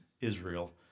Israel